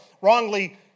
wrongly